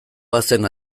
bazen